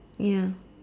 ya